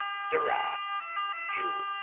sirrah jew,